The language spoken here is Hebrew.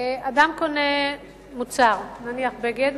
אדם קונה מוצר, נניח בגד,